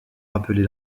rappeler